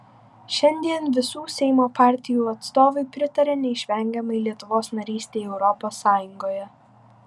šiandien visų seimo partijų atstovai pritaria neišvengiamai lietuvos narystei europos sąjungoje